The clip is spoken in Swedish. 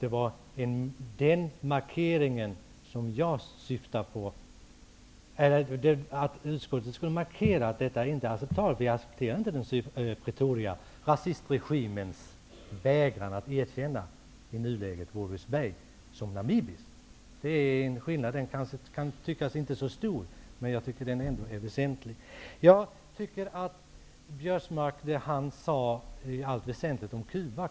Det var denna markering som jag syftade till, dvs. att utskottet skulle markera att detta inte är acceptabelt. Rasistregimen i Pretoria vägrar i nuläget att erkänna Walvis Bay som namibiskt. Skillnaden kan kanske inte tyckas vara så stor, men den är ändå enligt min mening väsentlig. Jag kan i allt väsentligt instämma i det Karl Göran Biörsmark sade om Cuba.